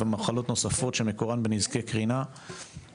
ומחלות נוספות שמקורן בנזקי קרינה,